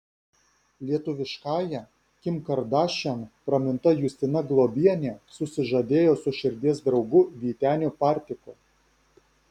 lietuviškąja kim kardašian praminta justina globienė susižadėjo su širdies draugu vyteniu partiku